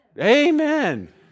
Amen